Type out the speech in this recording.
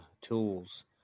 tools